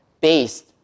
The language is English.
based